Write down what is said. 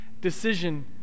decision